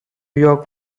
york